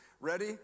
Ready